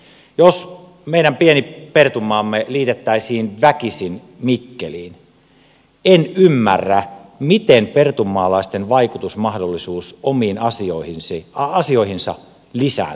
jos meidän pieni pertunmaamme liitettäisiin väkisin mikkeliin en ymmärrä miten pertunmaalaisten vaikutusmahdollisuus omiin asioihinsa lisääntyisi